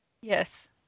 Yes